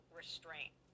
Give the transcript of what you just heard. restraint